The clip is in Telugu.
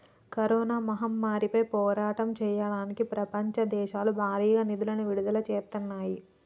కరోనా మహమ్మారిపై పోరాటం చెయ్యడానికి ప్రపంచ దేశాలు భారీగా నిధులను విడుదల చేత్తన్నాయి